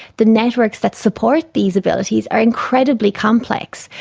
the networks that support these abilities are incredibly complex,